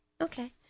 okay